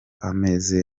ameze